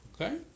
Okay